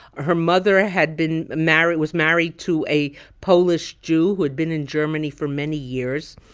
her mother had been married was married to a polish jew who had been in germany for many years.